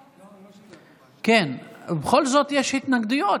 ולא נהיה פה וככה תוכלו להעביר חוקים,